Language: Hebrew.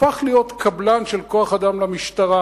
הפך להיות קבלן של כוח-אדם למשטרה,